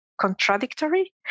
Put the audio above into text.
contradictory